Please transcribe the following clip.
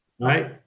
right